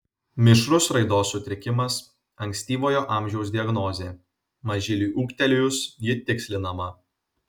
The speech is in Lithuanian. mišrus raidos sutrikimas ankstyvojo amžiaus diagnozė mažyliui ūgtelėjus ji tikslinama